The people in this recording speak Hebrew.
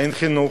אין חינוך,